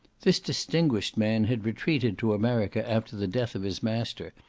this distinguished man had retreated to america after the death of his master,